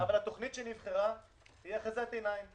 אבל התוכנית שנבחרה היא אחיזת עיניים.